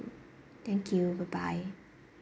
thank you bye bye